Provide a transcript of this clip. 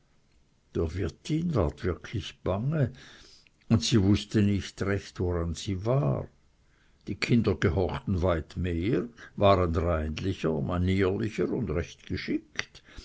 wirtin ward wirklich bange und sie wußte nicht recht woran sie war die kinder gehorchten weit mehr waren reinlicher manierlicher und recht gschicht